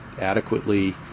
adequately